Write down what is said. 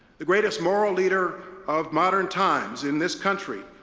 the greatest moral leader of modern times in this country,